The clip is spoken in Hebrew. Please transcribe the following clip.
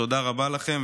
תודה רבה לכם,